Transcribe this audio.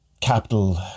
capital